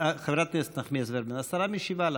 חברת הכנסת נחמיאס ורבין, כרגע השרה,